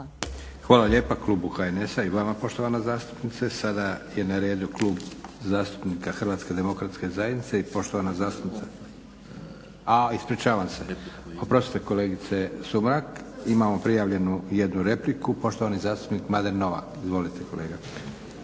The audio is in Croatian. Hvala lijepa Klubu HNS-a i vama poštovana zastupnice. Sada je na redu Klub zastupnika HDZ-a i poštovana zastupnica. Ispričavam se, oprostite kolegice Sumrak. Imamo prijavljenu jednu repliku. Poštovani zastupnik Mladen Novak. Izvolite kolega.